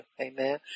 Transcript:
amen